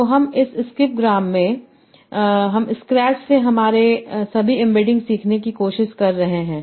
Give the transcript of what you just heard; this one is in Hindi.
तो इस स्किप ग्राम में हम स्क्रैच से हमारे सभी एम्बेडिंग सीखने की कोशिश कर रहे हैं